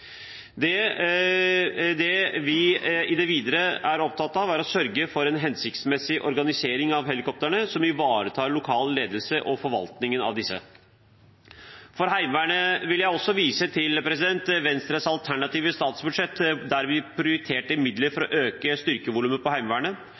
Det vi i det videre er opptatt av, er å sørge for en hensiktsmessig organisering av helikoptrene som ivaretar lokal ledelse og forvaltningen av disse. For Heimevernet vil jeg også vise til Venstres alternative statsbudsjett, der vi prioriterte midler for